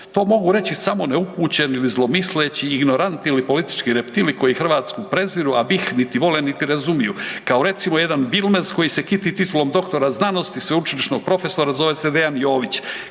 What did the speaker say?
To mogu reći samo neupućeni ili zlomisleći ignoranti ili politički reptili koji Hrvatsku preziru, a BiH niti vole niti razumiju, kao recimo jedan Bilmes koji se kiti titulom doktora znanosti, sveučilišnog profesora zove se Dejan Jović.